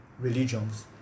Religions